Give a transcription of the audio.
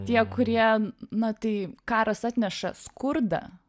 tie kurie na tai karas atneša skurdą